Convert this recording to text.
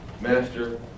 master